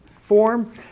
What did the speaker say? form